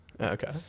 Okay